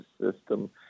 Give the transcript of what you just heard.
system